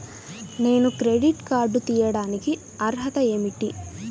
నేను credit card తీయడానికి అర్హత ఏమిటి?